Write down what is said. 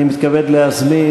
אני מתכבד להזמין,